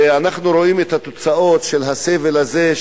ואנחנו רואים את התוצאות של הסבל הזה,